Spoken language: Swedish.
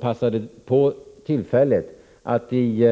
Passade hon på tillfället vid